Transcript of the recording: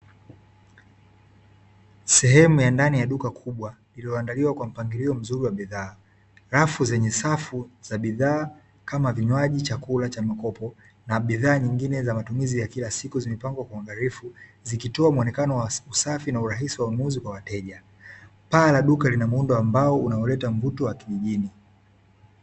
Sehemu ya ndani ya duka kubwa iliyoandaliwa kwa mpangilio mzuri wa bidhaa. Rafu zenye safu za bidhaa kama vinywaji, chakula cha makopo, na bidhaa nyingine za matumizi ya kila siku zimepangwa kwa uangalifu; zikitoa muonekano wa usafi na urahisi wa ununuzi kwa wateja. Paa la duka lina muundo wa mbao unaoleta mvuto wa kimjini.